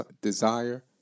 desire